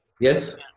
Yes